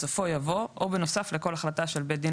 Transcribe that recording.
בסופו יבוא "או בנוסף לכל החלטה של בית דין